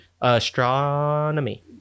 Astronomy